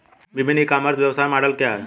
विभिन्न e commerce व्यवसाय model क्या हैं?